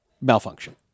malfunction